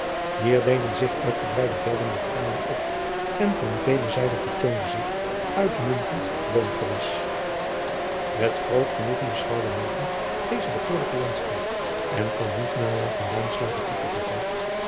ier deden zich uitgebreide velden met granen op en van vele zijden vertoonde zich uitmuntend boomgewas et groot genoegen beschouwde deze bekoorlijke landstreek en kon niet nalaten toe te voegen